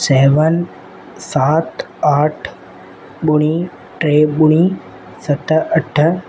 seven सात आठ ॿुड़ियूं टे ॿुड़ियूं सत अठ